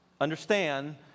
understand